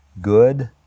good